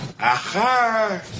Aha